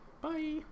Bye